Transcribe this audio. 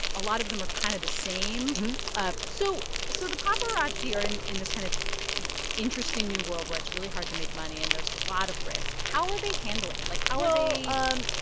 a lot of them are kind of the same. um so so the paparazzi are in in this kind of interesting new world, where it's really hard to make money. and there's a lot of risk. how are they handling it? like, how are they. um